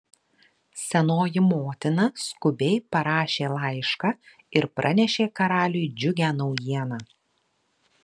senoji motina skubiai parašė laišką ir pranešė karaliui džiugią naujieną